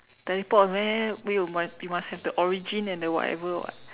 teleport meh wait you must you must have the origin and the whatever [what]